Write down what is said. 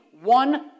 one